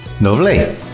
lovely